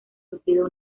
sufrido